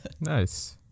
Nice